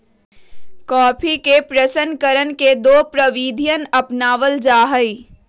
coffee के प्रशन करण के दो प्रविधियन अपनावल जा हई